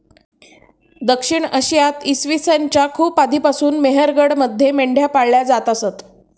दक्षिण आशियात इसवी सन च्या खूप आधीपासून मेहरगडमध्ये मेंढ्या पाळल्या जात असत